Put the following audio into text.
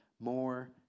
more